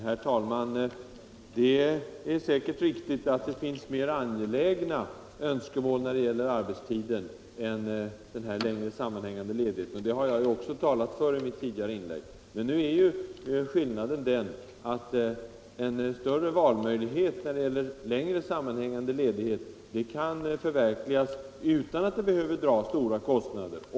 Herr talman! Det är riktigt att det finns mera angelägna önskemål =: Semesteroch vissa när det gäller arbetstiden än den längre sammanhängande ledigheten. — andra arbetstidsfrå Dessa önskemål talade jag också för i mitt tidigare inlägg. Men skillnaden — gor är att en större valfrihet när det gäller längre sammanhängande ledighet kan förverkligas utan att det behöver dra några stora kostnader.